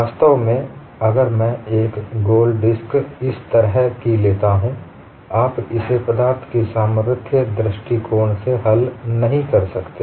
वास्तव में अगर मैं एक गोल डिस्क इस तरह की लेता हूं आप इसे पदार्थ की सामर्थ्य दृष्टिकोण से हल नहीं कर सकते